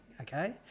okay